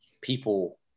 people